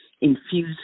infuse